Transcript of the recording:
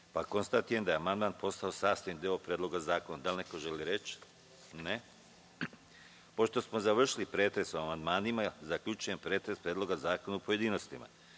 Srbije. Konstatujem da je amandman postao sastavni deo Predloga zakona. Da li neko želi reč? (Ne)Pošto smo završili pretres o amandmanima, zaključujem pretres Predloga zakona u pojedinostima. Pošto